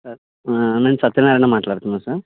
నేను సత్యనారాయణ మాట్లాడుతున్నా సార్